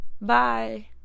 Bye